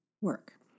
work